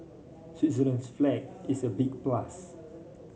Switzerland's flag is a big plus